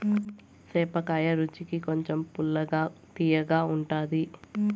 సేపకాయ రుచికి కొంచెం పుల్లగా, తియ్యగా ఉంటాది